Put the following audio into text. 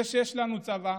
זה שיש לנו צבא,